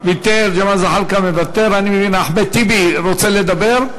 אחמד טיבי, רוצה לדבר?